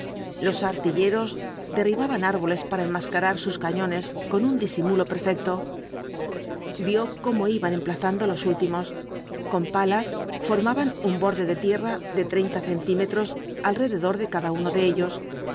los artilleros derribaban árboles para enmascarar sus cañones con un disimulo perfecto vio cómo iban emplazando los últimos con palas formaban un borde de tierra de treinta centímetros alrededor de cada uno de ellos